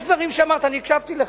יש דברים שאמרת, אני הקשבתי לך,